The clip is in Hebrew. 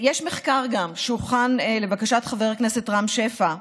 יש גם מחקר שהוכן לבקשת חבר הכנסת רם שפע,